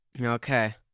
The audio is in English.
Okay